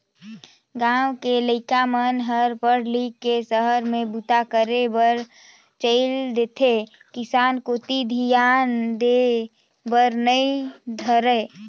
गाँव के लइका मन हर पढ़ लिख के सहर में बूता करे बर चइल देथे किसानी कोती धियान देय बर नइ धरय